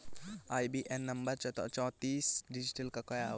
IBAN number चौतीस digit का होता है